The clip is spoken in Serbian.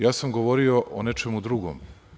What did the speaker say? Ja sam govorio o nečemu drugom.